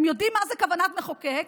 הם יודעים מה זה כוונת מחוקק,